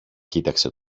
κοίταξε